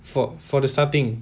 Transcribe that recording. for for the starting